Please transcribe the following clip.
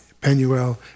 Penuel